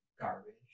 garbage